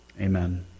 Amen